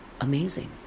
amazing